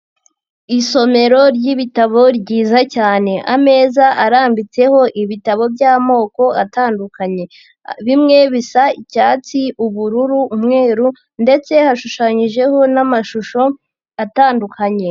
Isomero ry'ibitabo ryiza cyane, ameza arambitseho ibitabo by'amoko atandukanye, bimwe bisa icyatsi, ubururu, umweru ndetse hashushanyijeho n'amashusho atandukanye.